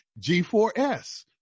G4S